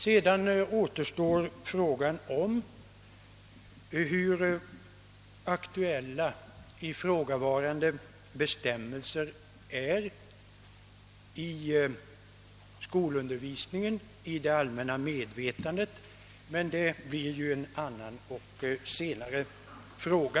Sedan återstår förstås frågan hur ak tuella ifrågavarande bestämmelser är i :skolundervisningen och i det allmänna :;medvetandet, men det blir ju en annan :och senare fråga.